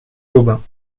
gobain